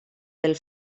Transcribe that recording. del